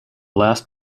last